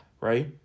Right